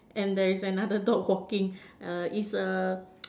and there is another dog walking err is a